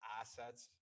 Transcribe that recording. assets